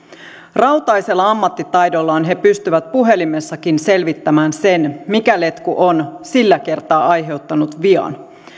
rautaisella ammattitaidollaan he pystyvät puhelimessakin selvittämään sen mikä letku on sillä kertaa aiheuttanut vian